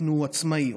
נתנו עצמאי.